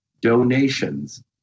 donations